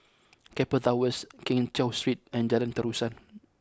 Keppel Towers Keng Cheow Street and Jalan Terusan